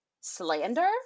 slander